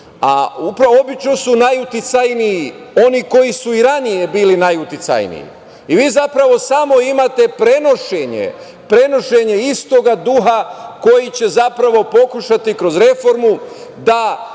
a upravo obično su najuticajniji oni koji su i ranije bili najuticajniji i vi zapravo samo imate prenošenje istog duha koji će zapravo pokušati kroz reformu da